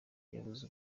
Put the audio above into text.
yabuze